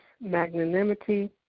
magnanimity